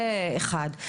זה אחד.